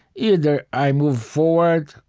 either i move forward,